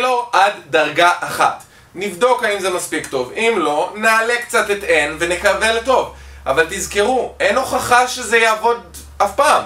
טיילור עד דרגה אחת נבדוק האם זה מספיק טוב אם לא נעלה קצת את n ונקווה לטוב אבל תזכרו אין הוכחה שזה יעבוד אף פעם